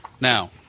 Now